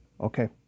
Okay